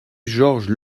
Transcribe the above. georges